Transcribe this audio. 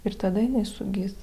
ir tada jinai sugis